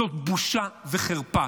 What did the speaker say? זאת בושה וחרפה.